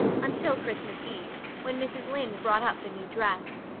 until christmas eve, when mrs. lynde brought up the new dress.